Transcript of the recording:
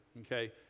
Okay